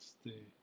stay